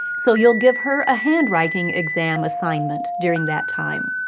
so you'll give her a handwriting exam assignment during that time.